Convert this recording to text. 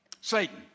Satan